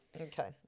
Okay